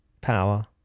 Power